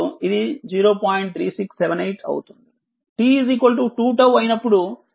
3678 అవుతుంది t 2𝜏 అయినప్పుడు 0